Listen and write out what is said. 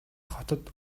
хотод